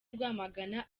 rwamagana